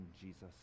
Jesus